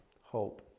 hope